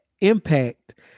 impact